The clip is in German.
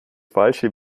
falsche